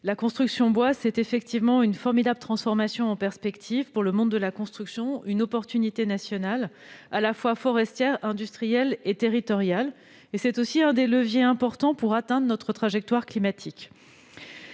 la construction bois offre effectivement une formidable transformation en perspective pour le secteur. Elle représente une opportunité nationale, à la fois forestière, industrielle et territoriale. Elle constitue aussi un des leviers importants pour atteindre notre trajectoire climatique.